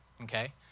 okay